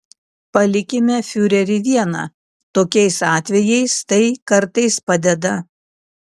palikime fiurerį vieną tokiais atvejais tai kartais padeda